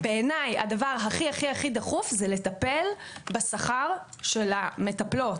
בעיניי, הדבר הכי דחוף, זה לטפל בשכר של המטפלות.